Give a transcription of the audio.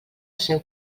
seu